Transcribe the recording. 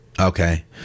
Okay